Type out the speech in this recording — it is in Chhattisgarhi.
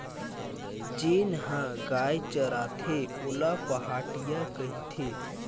जेन ह गाय चराथे ओला पहाटिया कहिथे